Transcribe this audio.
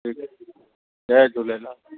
ठीकु आहे जय झूलेलाल